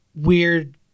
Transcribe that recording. Weird